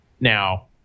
Now